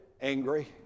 angry